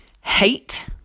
hate